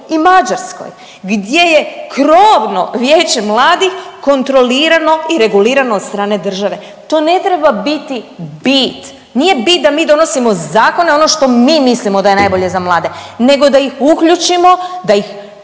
i Mađarskoj gdje je krovno vijeće mladih kontrolirano i regulirano od strane države. To ne treba biti bit, nije bit da mi donosimo zakone ono što mi mislimo da je najbolje za mlade, nego da ih uključimo, da ih